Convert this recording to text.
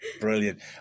Brilliant